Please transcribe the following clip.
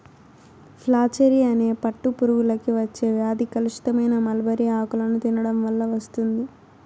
flacherie అనే పట్టు పురుగులకు వచ్చే వ్యాధి కలుషితమైన మల్బరీ ఆకులను తినడం వల్ల వస్తుంది